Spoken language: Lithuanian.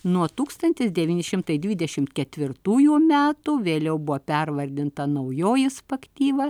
nuo tūkstantis devyni šimtai dvidešimt ketvirtųjų metų vėliau buvo pervardinta naujoji spaktyva